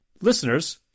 listeners